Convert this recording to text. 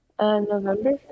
november